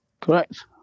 Correct